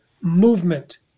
movement